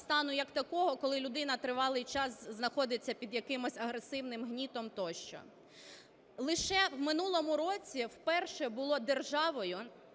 стану як такого, коли людина тривалий час знаходиться під якимось агресивним гнітом тощо. Лише в минулому році вперше було державою